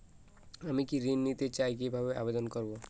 আমি কৃষি ঋণ নিতে চাই কি ভাবে আবেদন করব?